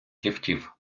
ліфтів